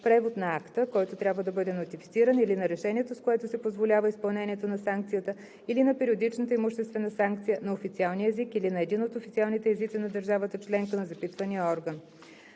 превод на акта, който трябва да бъде нотифициран, или на решението, с което се позволява изпълнението на санкцията или на периодичната имуществена санкция, на официалния език или на един от официалните езици на държавата членка на запитания орган.